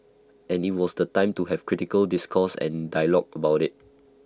and IT was the time to have critical discourse and dialogue about IT